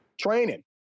training